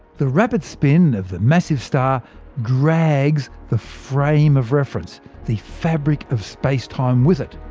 the rapid spin of the massive star drags the frame of reference the fabric of space-time with it.